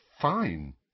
Fine